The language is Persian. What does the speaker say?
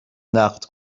نقد